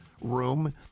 room